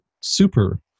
super